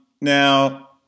Now